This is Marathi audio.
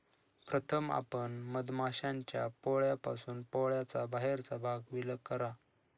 प्रथम आपण मधमाश्यांच्या पोळ्यापासून पोळ्याचा बाहेरचा भाग विलग करा